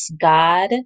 God